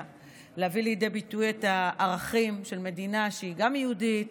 להביא לידי ביטוי את הערכים של מדינה שהיא גם יהודית